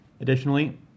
Additionally